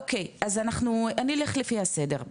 אוקי, אז אני אלך לפי הסדר.